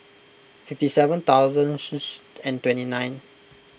fifty seven thousand and twenty nine